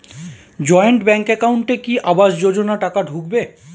Joint bank একাউন্টে কি আবাস যোজনা টাকা ঢুকবে?